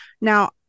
now